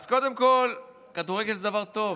אז קודם כול, כדורגל זה דבר טוב.